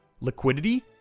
liquidity